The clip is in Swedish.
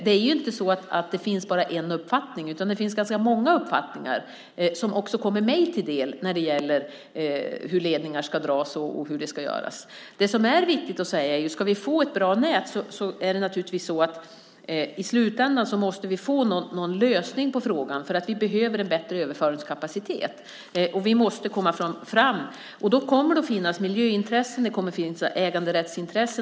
Det är inte så att det bara finns en uppfattning utan det finns ganska många uppfattningar som också kommer mig till del när det gäller hur ledningar ska dras och hur det ska göras. Det som är viktigt att säga är att ska vi få ett bra nät måste vi i slutändan naturligtvis få en lösning på frågan, för vi behöver en bättre överföringskapacitet. Vi måste komma fram. Då kommer det att finnas miljöintressen. Det kommer att finnas äganderättsintressen.